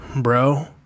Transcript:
Bro